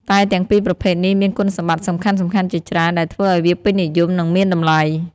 តែទាំងពីរប្រភេទនេះមានគុណសម្បត្តិសំខាន់ៗជាច្រើនដែលធ្វើឱ្យវាពេញនិយម និងមានតម្លៃ។